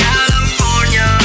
California